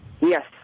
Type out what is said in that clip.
Yes